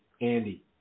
Andy